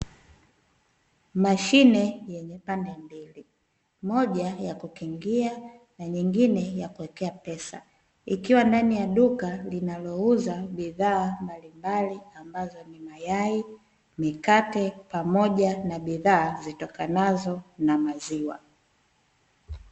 Mashine yenye pande mbili, moja ya kukingia na nyingine ya kuwekea pesa, ikiwa ndani ya duka linalouza bidhaa mbalimbali ambazo ni mayai, mikate, pamoja na bidhaa zitokanazo na maziwa.